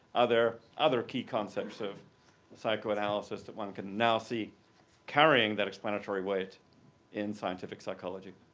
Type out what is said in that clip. other other key concepts of psychoanalysis that one can now see carrying that explanatory weight in scientific psychology?